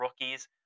rookies